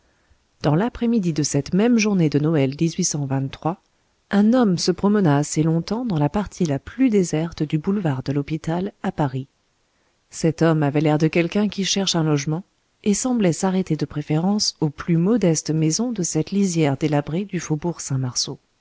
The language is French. dans l'après-midi de cette même journée de noël un homme se promena assez longtemps dans la partie la plus déserte du boulevard de l'hôpital à paris cet homme avait l'air de quelqu'un qui cherche un logement et semblait s'arrêter de préférence aux plus modestes maisons de cette lisière délabrée du faubourg saint-marceau